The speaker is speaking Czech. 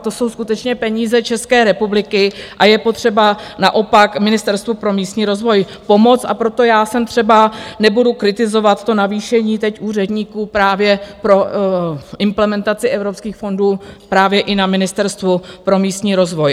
To jsou skutečně peníze České republiky a je potřeba naopak Ministerstvu pro místní rozvoj pomoct a proto já jsem třeba, nebudu kritizovat to navýšení teď úředníků právě pro implementaci evropských fondů právě i na Ministerstvu pro místní rozvoj.